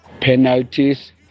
penalties